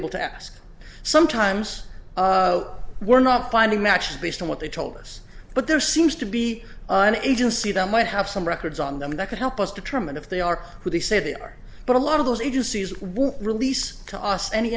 able to ask sometimes we're not finding matches based on what they told us but there seems to be an agency that might have some records on them that could help us determine if they are who they say they are but a lot of those agencies will release to us any